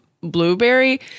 blueberry